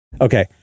Okay